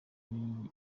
ibi